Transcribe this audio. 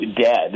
dead